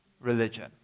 religion